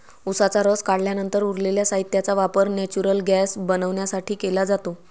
उसाचा रस काढल्यानंतर उरलेल्या साहित्याचा वापर नेचुरल गैस बनवण्यासाठी केला जातो